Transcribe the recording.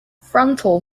frontal